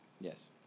Yes